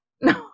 No